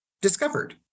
discovered